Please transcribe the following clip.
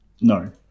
No